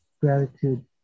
gratitude